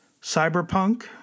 Cyberpunk